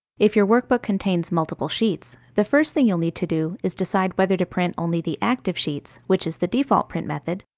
if your workbook contains multiple sheets, the first thing you'll need to do is decide whether to print only the active sheets which is the default print method,